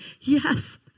yes